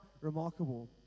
remarkable